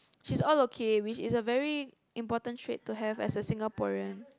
she's all okay which is a very important trade to have as a Singaporean